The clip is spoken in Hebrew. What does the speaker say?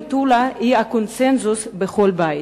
מטולה היא קונסנזוס בכל בית.